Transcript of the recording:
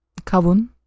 kavun